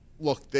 look